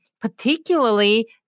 particularly